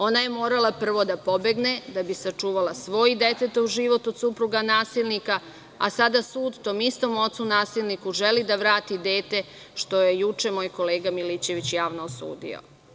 Ona je morala prvo da pobegne, da bi sačuvala svoj i detetov život od supruga nasilnika, a sada sud tom istom ocu nasilniku želi da vrati dete, što je juče moj kolega Milićević javno osudio.